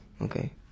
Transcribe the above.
Okay